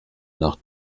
nach